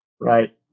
Right